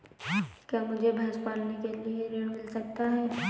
क्या मुझे भैंस पालने के लिए ऋण मिल सकता है?